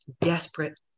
desperate